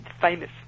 famous